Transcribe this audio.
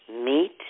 meat